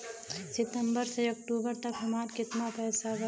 सितंबर से अक्टूबर तक हमार कितना पैसा बा?